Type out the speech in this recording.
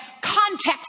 context